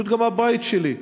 פשוט גם בבית שלי,